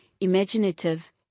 imaginative